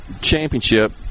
championship